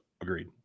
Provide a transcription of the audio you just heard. Agreed